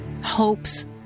hopes